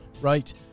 right